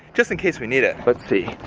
just in case we need it. let's see.